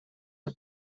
are